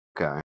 Okay